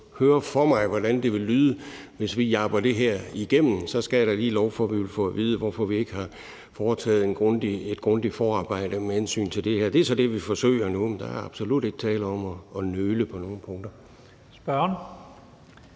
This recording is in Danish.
mig, hvordan det ville lyde, hvis vi jappede det her igennem; så skal jeg da lige love for, at vi ville få at vide, at vi skulle forklare, hvorfor vi ikke havde foretaget et grundigt forarbejde med hensyn til det her. Det er så det, vi forsøger nu. Men der er absolut ikke tale om at nøle på nogen punkter. Kl.